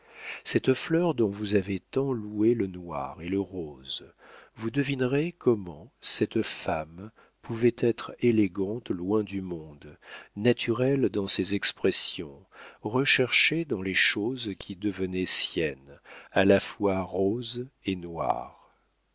cette fleur dont vous avez tant loué le noir et le rose vous devinerez comment cette femme pouvait être élégante loin du monde naturelle dans ses expressions recherchée dans les choses qui devenaient siennes à la fois rose et noire